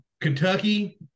Kentucky